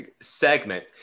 segment